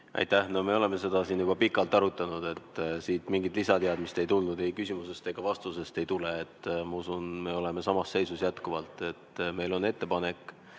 Aitäh! No me oleme seda siin juba pikalt arutanud, siit mingit lisateadmist ei tulnud, ei küsimusest ega vastusest ei tule seda. Ma usun, et me oleme samas seisus jätkuvalt – meil on ettepanek,